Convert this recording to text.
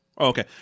Okay